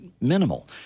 minimal